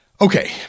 Okay